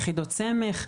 יחידות סמך,